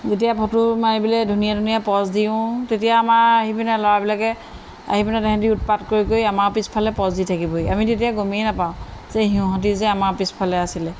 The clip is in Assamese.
যেতিয়া ফটো মাৰিবলৈ ধুনীয়া ধুনীয়া পজ দিওঁ তেতিয়া আমাৰ আহি পিনে ল'ৰাবিলাকে আহি পিনে তেহেঁতি উৎপাত কৰি কৰি আমাৰ পিছফালে পজ দি থাকিবহি আমি তেতিয়া গমেই নাপাওঁ যে সিহঁতি যে আমাৰ পিছফালে আছিলে